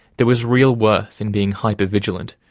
there was real worth in being hyper-vigilant,